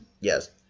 Yes